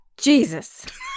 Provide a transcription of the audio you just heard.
Jesus